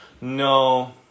no